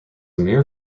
mere